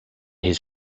his